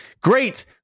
great